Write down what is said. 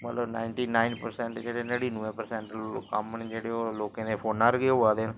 मतलब ninety nine percent जेह्ड़े नड़िनुऐं परसैंट लो कम्म न जेह्ड़े ओह् लोकें दे फोना उप्पर गै होआ दे न